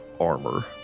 armor